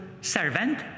servant